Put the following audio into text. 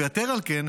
ויתר על כן,